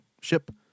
ship